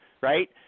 right